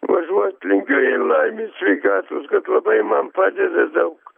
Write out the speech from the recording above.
važuot linkiu laimės sveikatos kad labai man padeda daug